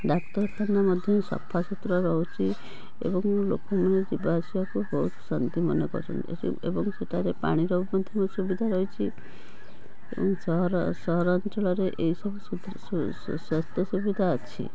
ଡାକ୍ତରଖାନା ମଧ୍ୟ ସଫାସୁତରା ରହୁଛି ଏବଂ ଲୋକମାନେ ଯିବା ଆସିବାକୁ ବହୁତ ଶାନ୍ତି ମନେ କରୁଛନ୍ତି ଏବଂ ସେଠାରେ ପାଣିର ମଧ୍ୟ ସୁବିଧା ରହିଛି ଏବଂ ସହର ସହରାଞ୍ଚଳରେ ଏହିସବୁ ସ୍ଵାସ୍ଥ୍ୟ ସୁବିଧା ଅଛି